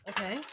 Okay